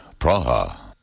Praha